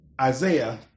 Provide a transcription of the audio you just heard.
Isaiah